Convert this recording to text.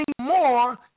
more